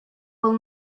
will